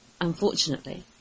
unfortunately